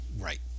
Right